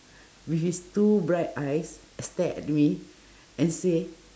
with his two bright eyes stare at me and say